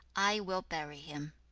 i will bury him